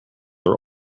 are